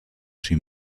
sui